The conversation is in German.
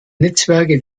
netzwerke